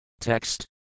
Text